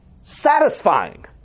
satisfying